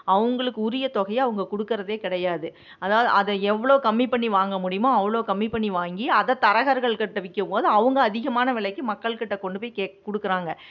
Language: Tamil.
அவங்களுக்கு உரிய தொகையை அவங்க கொடுக்கறதே கிடையாது அதாவது அதை எவ்வளோ கம்மி பண்ணி வாங்க முடியுமோ அவ்வளோ கம்மி பண்ணி வாங்கி அதை தரகர்கள் கிட்ட விற்கும்போது அவங்க அதிகமான விலைக்கு மக்கள்கிட்ட கொண்டு போய் கேக் கொடுக்குறாங்க